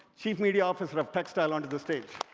chief media officer of techstyle, onto the stage.